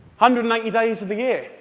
hundred and eighty days of the year.